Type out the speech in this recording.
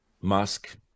Musk